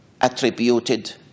attributed